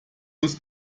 muss